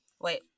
Wait